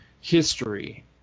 history